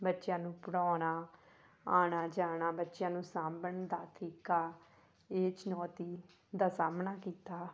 ਬੱਚਿਆਂ ਨੂੰ ਪੜ੍ਹਾਉਣਾ ਆਉਣਾ ਜਾਣਾ ਬੱਚਿਆਂ ਨੂੰ ਸਾਂਭਣ ਦਾ ਤਰੀਕਾ ਇਹ ਚੁਣੌਤੀ ਦਾ ਸਾਹਮਣਾ ਕੀਤਾ